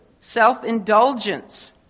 self-indulgence